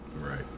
Right